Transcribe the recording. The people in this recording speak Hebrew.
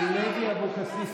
היית שר ביטחון.